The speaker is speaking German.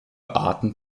arten